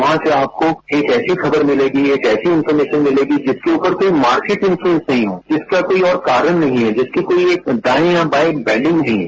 वहीं से आपको एक ऐसी खबर मिलेगी एक ऐसी इन्फॉर्मेशन मिलेगी जिसके ऊपर कोई मार्केटिंग इन्पलयूएन्स नहीं हो जिसका कोई और कारण नहीं है जिसकी कोई एक दायीं या बायीं ब्रांडिंग नहीं है